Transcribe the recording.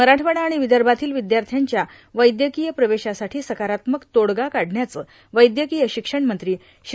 मराठवाडा आणि विदर्भातील विदर्भातील वैद्यकीय प्रवेशासाठी सकारात्मक तोडगा काढण्याचं वैद्यकीय शिबणमंत्री श्री